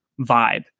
vibe